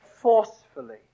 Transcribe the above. forcefully